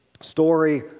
story